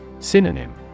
Synonym